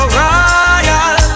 royal